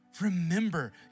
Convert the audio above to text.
Remember